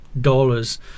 dollars